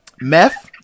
meth